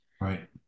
Right